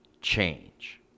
change